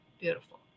beautiful